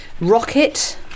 rocket